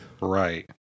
Right